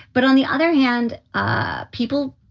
but on the other hand, ah people